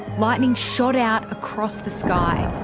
lightning shot out across the sky,